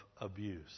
abuse